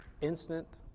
instant